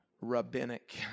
rabbinic